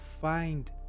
find